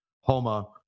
Homa